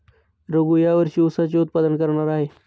रघू या वर्षी ऊसाचे उत्पादन करणार आहे